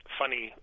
funny